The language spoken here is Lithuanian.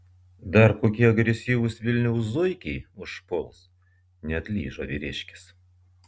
dar kokie agresyvūs vilniaus zuikiai užpuls neatlyžo vyriškis